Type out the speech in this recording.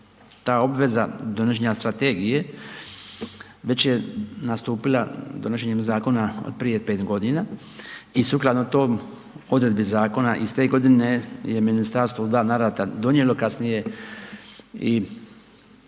Ta obveza donošenja strategije već je nastupila donošenjem zakona od prije 5.g. i sukladno tom odredbi zakona iste godine je ministarstvo u dva navrata donijelo, kasnije i